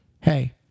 Hey